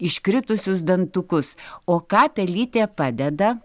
iškritusius dantukus o ką pelytė padeda